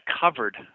covered